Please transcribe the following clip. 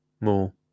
more